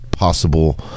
Possible